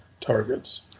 targets